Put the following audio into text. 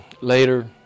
later